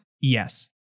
Yes